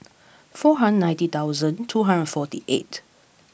four hundred ninety thousand two hundred forty eight